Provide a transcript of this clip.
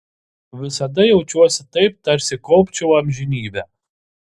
visada jaučiuosi taip tarsi kopčiau amžinybę